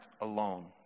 alone